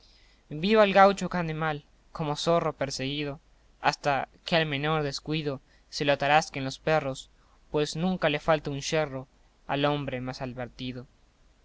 polecía viva el gaucho que ande mal como zorro perseguido hasta que al menor descuido se lo atarasquen los perros pues nunca le falta un yerro al hombre más alvertido